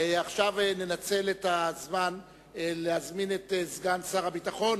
עכשיו ננצל את הזמן להזמין את סגן שר הביטחון